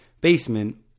basement